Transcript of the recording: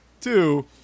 two